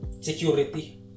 security